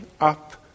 up